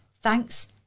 thanks